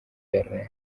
berlin